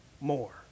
more